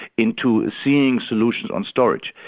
into seeing solutions on storage.